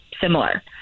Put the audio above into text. similar